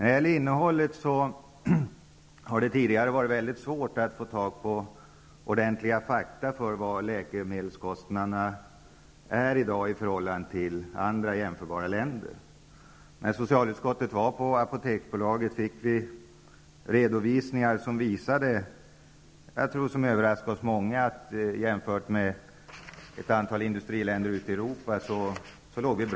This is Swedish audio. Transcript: Det har tidigare varit väldigt svårt att få tag på ordentliga fakta om hur höga läkemedelskostnaderna i Sverige är i dag i förhållande till läkemedelskostnaderna i andra jämförbara länder. När socialutskottet var på Apoteksbolaget fick vi redovisningar som jag tror överraskade många av oss. Enligt dessa låg Sverige bra till jämfört med ett antal industriländer ute i Europa.